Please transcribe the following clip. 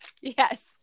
Yes